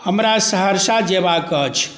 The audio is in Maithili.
हमरा सहरसा जएबाक अछि